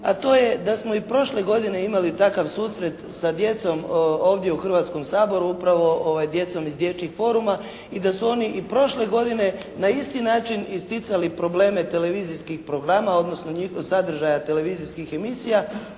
a to je da smo i prošle godine imali takav susret sa djecom ovdje u Hrvatskom saboru, upravo djecom iz dječjih foruma i da su oni i prošle godine na isti način isticali probleme televizijskih programa odnosno sadržaja televizijskih emisija.